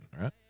right